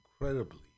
incredibly